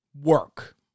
work